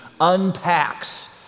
unpacks